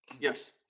Yes